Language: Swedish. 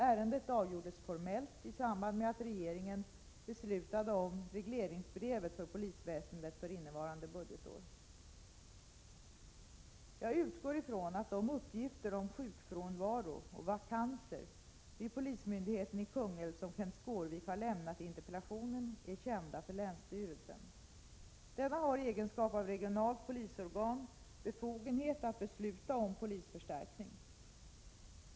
Ärendet avgjordes formellt i samband med att Jag utgår från att de uppgifter om sjukfrånvaro och vakanser vid polismyndigheten i Kungälv som Kenth Skårvik har lämnat i interpellationen är kända för länsstyrelsen. Denna har i egenskap av regionalt polisorgan befogenhet att besluta om polisförstärkning.